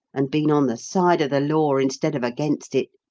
and been on the side of the law instead of against it?